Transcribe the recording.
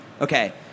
Okay